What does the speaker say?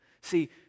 See